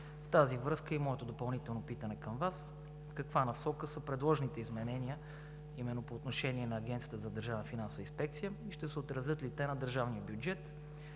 В тази връзка е и моето допълнително питане към Вас: в каква насока са предложените изменения по отношение на Агенцията за държавна финансова инспекция и ще се отразят ли те на държавния бюджет?